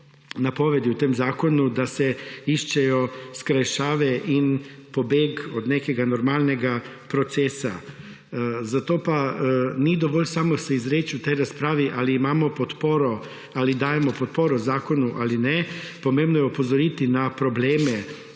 napovedi v tem zakonu, da se iščejo skrajšave in pobeg od nekega normalnega procesa. Zato pa ni dovolj samo se izreči v tej razpravi, ali imamo podporo, ali dajemo podporo zakonu ali ne, pomembno je opozoriti na probleme,